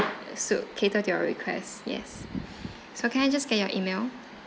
so cater to your request yes so can I just get your email